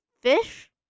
fish